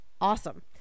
Awesome